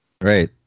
Right